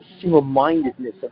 Single-mindedness